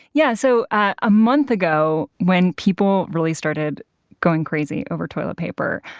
yeah so a month ago, when people really started going crazy over toilet paper,